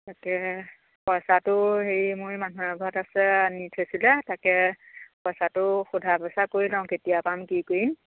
তাকে পইচাটো হেৰি মই মানুহ এঘৰত আছে নি থৈছিলে তাকে পইচাটো সোধা পইচা কৰি লওঁ কেতিয়া পাম কি কৰিম